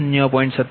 2206 0